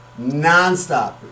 nonstop